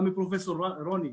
גם מפרופ' רוני,